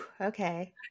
Okay